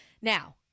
Now